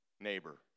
Neighbor